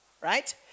Right